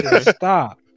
Stop